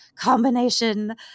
combination